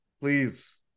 Please